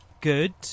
Good